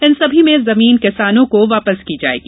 इन सभी में जमीन किसानों को वापस की जाएगी